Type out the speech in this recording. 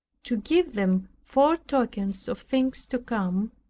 to give them foretokens of things to come,